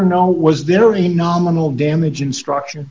or no was there a nominal damage instruction